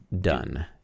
done